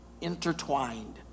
intertwined